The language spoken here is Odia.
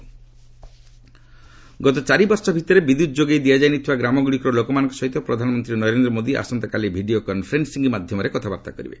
ପିଏମ୍ ଗତ ଚାରି ବର୍ଷ ଭିତରେ ବିଦ୍ୟୁତ୍ ଯୋଗାଇ ଦିଆଯାଇଥିବା ଗ୍ରାମଗୁଡ଼ିକର ଲୋକମାନଙ୍କ ସହିତ ପ୍ରଧାନମନ୍ତ୍ରୀ ନରେନ୍ଦ୍ର ମୋଦି ଆସନ୍ତାକାଲି ଭିଡ଼ିଓ କନ୍ଫରେନ୍ସିଂ ମାଧ୍ୟମରେ କଥାବାର୍ତ୍ତା କରିବେ